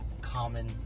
common